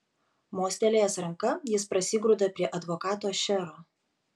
mostelėjęs ranka jis prasigrūda prie advokato šero